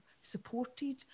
supported